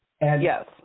Yes